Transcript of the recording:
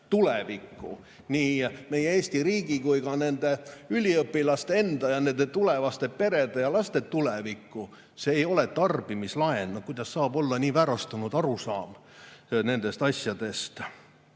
tulevikku – nii meie Eesti riigi kui ka nende üliõpilaste enda ja nende tulevaste perede ja laste tulevikku. See ei ole tarbimislaen. Kuidas saab olla nii väärastunud arusaam nendest asjadest?!